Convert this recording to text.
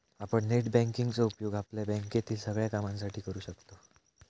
आपण net banking चो उपयोग आपल्या बँकेतील सगळ्या कामांसाठी करू शकतव